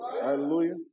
Hallelujah